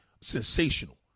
sensational